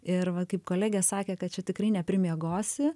ir va kaip kolegė sakė kad čia tikrai neprimiegosi